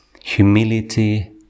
humility